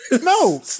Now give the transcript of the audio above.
No